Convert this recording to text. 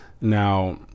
Now